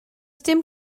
dim